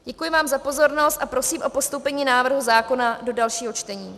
Děkuji vám za pozornost a prosím o postoupení návrhu zákona do dalšího čtení.